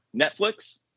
netflix